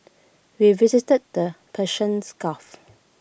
we visited the Persian's gulf